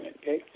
okay